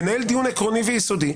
לנהל דיון עקרוני ויסודי,